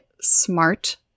smart